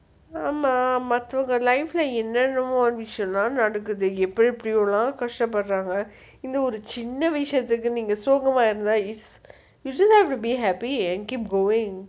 ஆமா மத்தவங்க:aama mathavanga life lah என்னனமோ விஷயொலா நடக்குது எப்டி எப்படியோ கஷ்ட படுறாங்க இந்த ஒரு சின்ன விஷயத்துக்கு நீங்க சோகமா இருந்தா:ennanamo vishayolaa nadakkuthu epdi epdiyo kashtta padranga intha chinna vishayathuku neenga sogama irunthaa is you just have to be happy and keep going